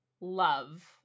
love